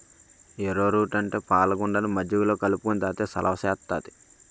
ఏరో route అంటే పాలగుండని మజ్జిగలో కలుపుకొని తాగితే సలవ సేత్తాది